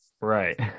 Right